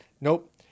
Nope